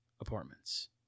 apartments